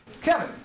Kevin